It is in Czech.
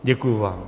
Děkuji vám.